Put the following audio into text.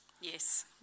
Yes